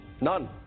None